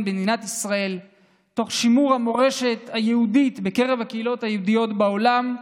מדינת ישראל תוך שימור המורשת היהודית בקרב הקהילות היהודיות בעולם,